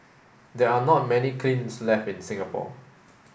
there are not many kilns left in Singapore